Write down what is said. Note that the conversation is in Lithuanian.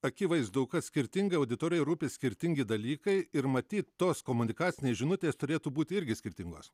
akivaizdu kad skirtingai auditorijai rūpi skirtingi dalykai ir matyt tos komunikacinės žinutės turėtų būti irgi skirtingos